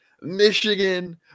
Michigan